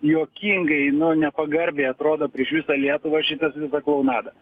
juokingai nu nepagarbiai atrodo prieš visą lietuvą šitas visa klounada